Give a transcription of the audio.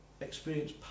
experience